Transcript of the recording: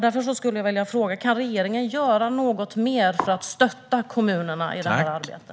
Därför frågar jag: Kan regeringen göra något mer för att stötta kommunerna i detta arbete?